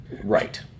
Right